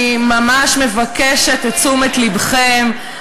אני ממש מבקשת את תשומת לבכם,